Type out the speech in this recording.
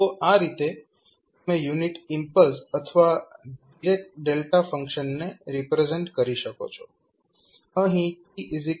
તો આ રીતે તમે યુનિટ ઇમ્પલ્સ અથવા ડિરેક્ટ ડેલ્ટા ફંક્શનને રિપ્રેઝેન્ટ કરી શકો છો